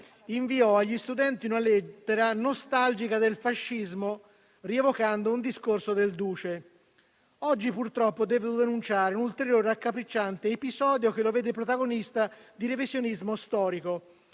inviò agli studenti una lettera nostalgica del fascismo, rievocando un discorso del duce. Oggi purtroppo devo denunciare un ulteriore raccapricciante episodio che lo vede protagonista di revisionismo storico.